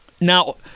Now